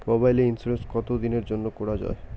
মোবাইলের ইন্সুরেন্স কতো দিনের জন্যে করা য়ায়?